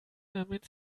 damit